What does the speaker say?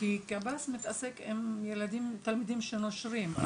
כי הוא מתעסק עם תלמידים נושרים.